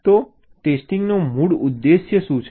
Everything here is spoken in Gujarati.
તો ટેસ્ટિંગનો મૂળ ઉદ્દેશ્ય શું છે